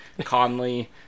Conley